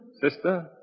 Sister